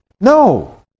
no